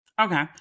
Okay